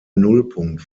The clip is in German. nullpunkt